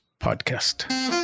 podcast